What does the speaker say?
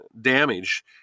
damage